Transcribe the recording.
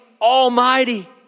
Almighty